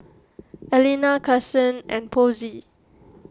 Alena Kasen and Posey